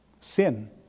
sin